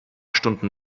stunden